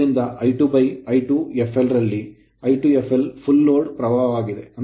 ಆದ್ದರಿಂದ I2I2fl ರಲ್ಲಿ I2fl full load ಪೂರ್ಣ ಲೋಡ್ ಪ್ರವಾಹವಾಗಿದೆ